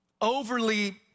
overly